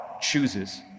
chooses